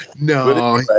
no